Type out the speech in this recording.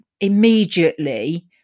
immediately